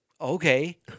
Okay